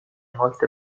molte